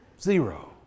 Zero